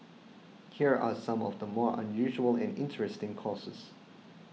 here are some of the more unusual and interesting courses